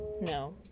No